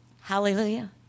Hallelujah